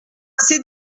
ces